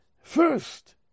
first